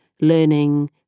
learning